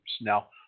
Now